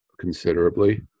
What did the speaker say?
considerably